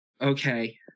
Okay